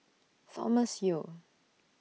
Thomas Yeo